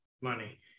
money